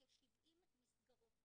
כ-70 מסגרות,